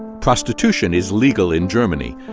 prostitution is legal in germany,